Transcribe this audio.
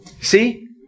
See